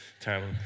terrible